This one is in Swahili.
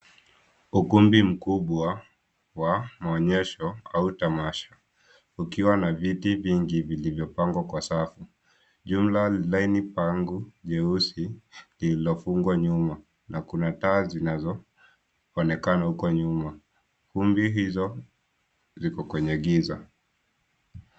Ukumbi mkubwa wa maonyesho au tamasha ukiwa na viti vingi vilivyopangwa kwa safu jumla laini pangu jeusi lililofungwa nyuma na kuna taa zinazoonekana huko nyuma. Kumbi hizo ziko kwenye giza.